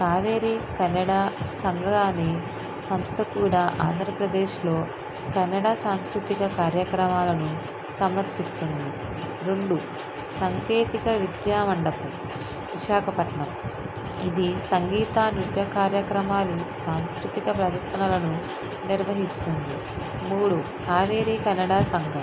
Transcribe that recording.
కావేరి కన్నడ సంగా అని సంస్థ కూడా ఆంధ్రప్రదేశ్లో కన్నడ సంస్కృతిక కార్యక్రమాలను సమర్పిస్తుంది రెండు సాంకేతిక విద్యా మండపం విశాఖపట్నం ఇది సంగీత నృత్య కార్యక్రమాలు సాంస్కృతిక ప్రదర్శనలను నిర్వహిస్తుంది మూడు కావేరి కన్నడ సంఘం